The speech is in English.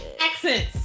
accents